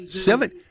seven